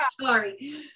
Sorry